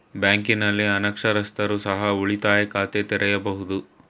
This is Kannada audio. ಬ್ಯಾಂಕಿನಲ್ಲಿ ಅನಕ್ಷರಸ್ಥರು ಸಹ ಉಳಿತಾಯ ಖಾತೆ ತೆರೆಯಬಹುದು?